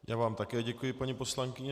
Já vám také děkuji, paní poslankyně.